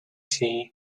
tea